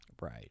Right